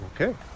Okay